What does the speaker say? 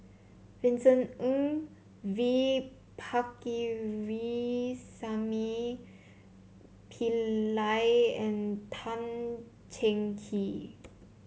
Vincent Ng V Pakirisamy Pillai and Tan Cheng Kee